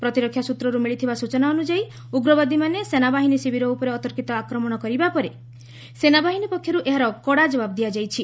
ପ୍ରତିରକ୍ଷା ସ୍ୱତ୍ରରୁ ମିଳିଥିବା ସ୍ୱଚନା ଅନୁଯାୟୀ ଉଗ୍ରବାଦୀମାନେ ସେନାବାହିନୀ ଶିବିର ଉପରେ ଅତର୍କିତ ଆକ୍ରମଣ କରିବା ପରେ ସେନାବାହିନୀ ପକ୍ଷରୁ ଏହାର କଡ଼ା କବାବ୍ ଦିଆଯାଇଛି